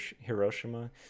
Hiroshima